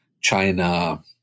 China